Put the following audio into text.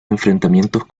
enfrentamientos